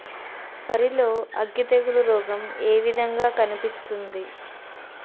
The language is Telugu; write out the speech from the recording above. వరి లో అగ్గి తెగులు రోగం ఏ విధంగా కనిపిస్తుంది?